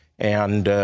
and